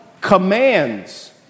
commands